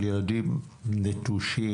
של ילדים נטושים,